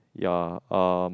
ya uh